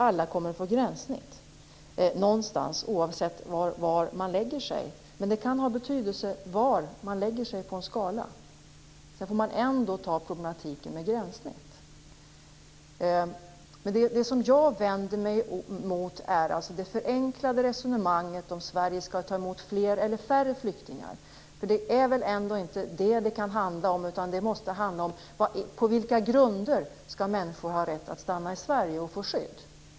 Alla kommer att få gränssnitt någonstans oavsett var man lägger sig - ja, det är klart. Men det kan ha betydelse var på en skala man lägger sig. Sedan får man ändå ta problematiken med gränssnitt. Det som jag vänder mig emot är det förenklade resonemanget om ifall Sveriges skall ta emot fler eller färre flyktingar. Det är väl ändå inte det som det handlar om, utan det måste handla om på vilka grunder som människor skall ha rätt att stanna i Sverige och få skydd.